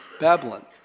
Babylon